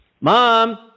Mom